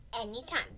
anytime